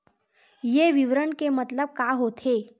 ये विवरण के मतलब का होथे?